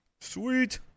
sweet